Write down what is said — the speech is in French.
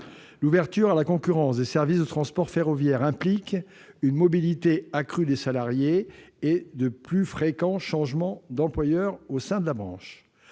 L'ouverture à la concurrence des services de transport ferroviaire implique une mobilité accrue des salariés et de plus fréquents changements d'employeur au sein de la branche.